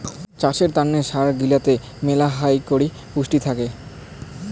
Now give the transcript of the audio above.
চাষের তন্ন যে সার গুলাতে মেলহাই পুষ্টি থাকি